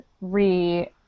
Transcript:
re